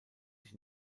sich